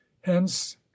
hence